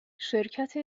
شرکت